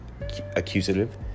accusative